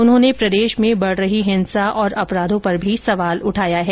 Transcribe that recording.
उन्होंने प्रदेश में बढ़ रही हिंसा और अपराधों पर भी सवाल उठाया है